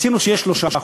רצינו שיהיה 3%,